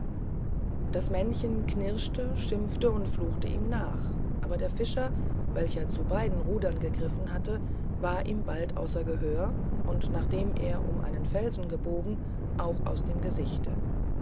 das männchen knirschte schimpfte und fluchte ihm nach aber der fischer welcher zu beiden rudern gegriffen hatte war ihm bald außer gehör und nachdem er um einen felsen gebogen auch aus dem gesichte